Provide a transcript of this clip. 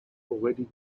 already